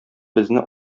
безне